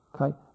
okay